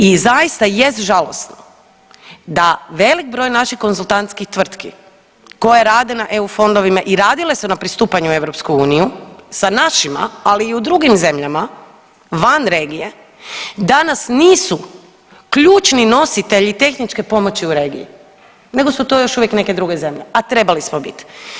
I zaista jest žalosno da velik broj naših konzultantskih tvrtki koje rade na EU fondovima i radile su na pristupanju u EU sa našima, ali i u drugim zemljama van regije, danas nisu ključni nositelji tehničke pomoći u regiji nego su to još uvijek neke druge zemlje, a trebali smo biti.